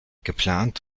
geplant